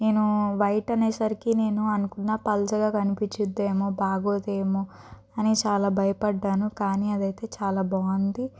నేను వైట్ అనేసరికి నేను అనుకున్న పలుచగా కనిపించిందేమో బాగోదేమో అని చాలా భయపడ్డాను కానీ అది అయితే చాలా బాగుంది